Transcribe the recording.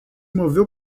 moveu